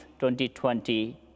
2020